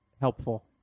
helpful